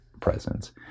presence